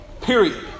Period